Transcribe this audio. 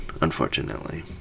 unfortunately